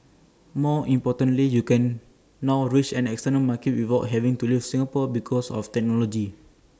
more importantly you can now reach an external market without having to leave Singapore because of technology